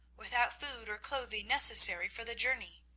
without food or clothing necessary for the journey.